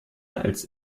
als